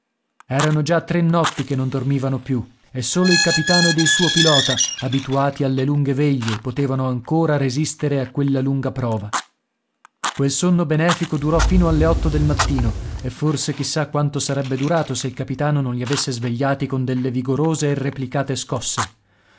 erano già tre notti che non dormivano più e solo il capitano ed il suo pilota abituati alle lunghe veglie potevano ancora resistere a quella lunga prova quel sonno benefico durò fino alle otto del mattino e forse chissà quanto sarebbe durato se il capitano non li avesse svegliati con delle vigorose e replicate scosse